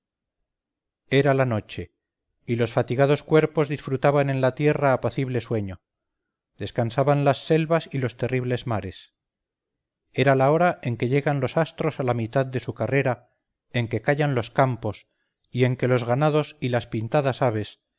era la noche y los fatigados cuerpos disfrutaban en la tierra apacible sueño descansaban las selvas y los terribles mares era la hora en que llegan los astros a la mitad de su carrera en que callan los campos y en que los ganados y las pintadas aves